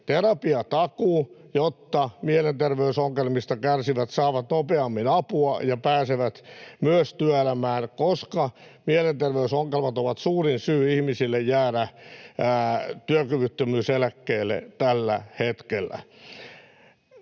Terapiatakuu, jotta mielenterveysongelmista kärsivät saavat nopeammin apua ja pääsevät myös työelämään, koska mielenterveysongelmat ovat tällä hetkellä suurin syy ihmisille jäädä työkyvyttömyyseläkkeelle. Ulosoton